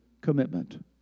commitment